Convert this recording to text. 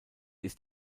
ist